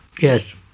Yes